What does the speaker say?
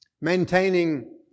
Maintaining